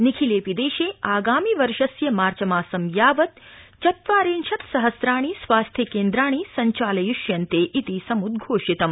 निखिलेऽपि देशे आगामि वर्षस्य मार्चमासं यावत् चत्वारिशत् सहस्राणि स्वास्थ्यकेन्द्राणि संचालयिष्यन्ते क्रि समुद्रोषणा